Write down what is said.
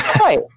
Right